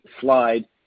slide